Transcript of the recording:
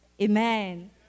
Amen